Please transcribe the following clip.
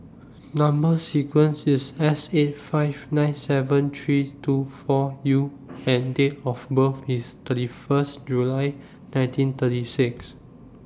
Number sequence IS S eight five nine seven three two four U and Date of birth IS thirty First July nineteen thirty six